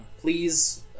please